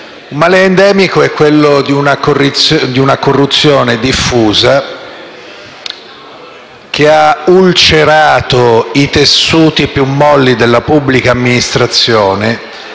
nostro Paese, quello di una corruzione diffusa che ha ulcerato i tessuti più molli della pubblica amministrazione